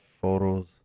photos